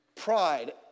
pride